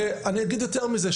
ואני אגיד יותר מזה,